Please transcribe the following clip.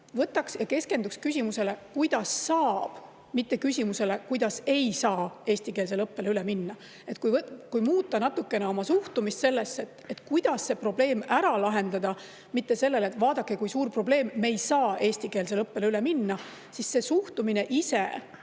Võtaks ja keskenduks küsimusele, kuidas saab, mitte küsimusele, kuidas ei saa eestikeelsele õppele üle minna. Kui muuta natukene oma suhtumist sellesse, kuidas see probleem ära lahendada, mitte [ei keskenduks] sellele, et vaadake kui suur probleem, me ei saa eestikeelsele õppele üle minna, siis see suhtumine ise